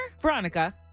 Veronica